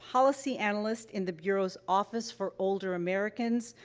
policy analyst in the bureau's office for older americans,